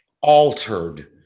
altered